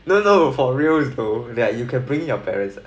no no for real though that you can bring your parents